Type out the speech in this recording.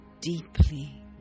deeply